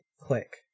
click